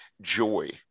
joy